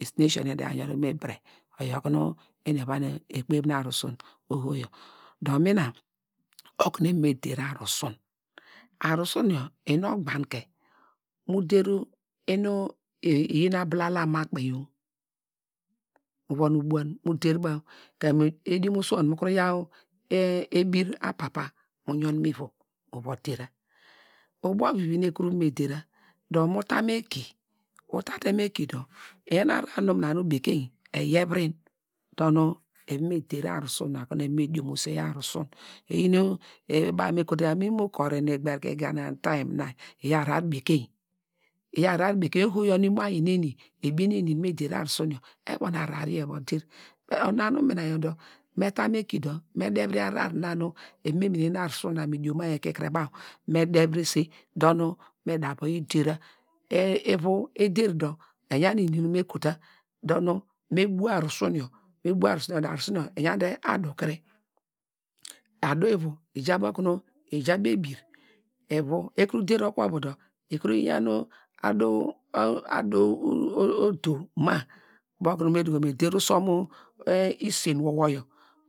Esine esio nu eni ede da ya yun mu ibire oyor kunu eni eva nu ekpev nu arusun, do nuna okunu eni me der arusun, arusun yor ekire nu ogbankoi mu der inu iyi abilala ma kpeyo mu von ubuan mu va der baw, kemu idiomosuon mu kuru yaw ebir apapa mu yun mi ivom muva dera, ubo vivi nu ekuru va me dera dor mu ta mu eki, uta te mu eki dor eyan ahrar mina nu bekeiny eyevrim dor nu eva me dera arusun na, nu eva me diomose arusun iyi nu, baw me kotoya mu imo kuri nu igber nu igina nu timu na iyaw ahrar bekeiny, oho yor nu imo ayi neni ebien eni nu me der arusun yor evun ahrar na eva der, ona nu mina yor dor me ta mu eki dor me devre ahrar na nu eva me mene nu arusun na mi dioma yor kikre baw, me devrese dor nu me da vayi dera, ivu eder do eyan ini me kotua dor nu me bua arusun yor, me bua dor nu arusun yo iyante adu kiri, adu ivu ija bokunu, ija ubo ebir`, ivu ekum der okuvu dor iyi kuru yan adu odo m bokunu me dukumu eder usom isen wor wor yor